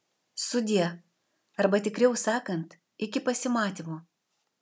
sudie arba tikriau sakant iki pasimatymo